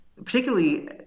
particularly